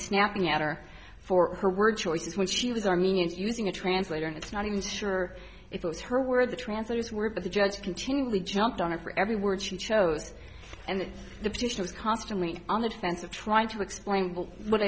snapping at her for her word choices when she was armenians using a translator and it's not even sure if it was her where the translators were but the judge continually jumped on it for every word she chose and the petitioner was constantly on the defensive trying to explain what